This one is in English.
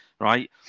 right